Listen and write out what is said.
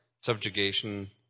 subjugation